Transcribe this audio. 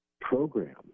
program